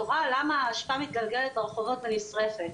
תוהה למה האשפה מתגלגלת ברחובות ונשרפת,